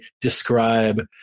describe